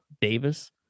Davis